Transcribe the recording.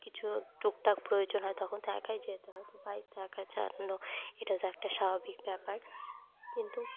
কিছু টুকটাক প্রয়োজন হয় তখন তো একাই যেতে হয় তো তাই একা চালানো এটা তো একটা স্বাভাবিক ব্যাপার কিন্তু